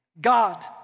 God